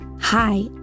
Hi